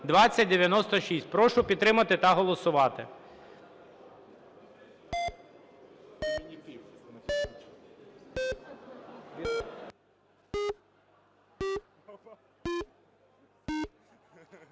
2096). Прошу підтримати та голосувати.